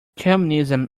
communism